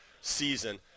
season